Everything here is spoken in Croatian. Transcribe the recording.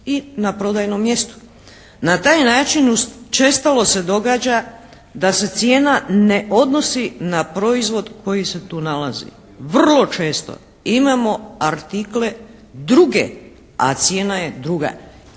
i na prodajnom mjestu. Na taj način učestalo se događa da se cijena ne odnosi na proizvod koji se tu nalazi. Vrlo često imamo artikle druge, a cijena je druga